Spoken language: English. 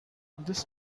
this